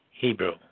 Hebrew